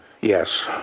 Yes